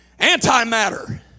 antimatter